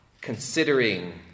considering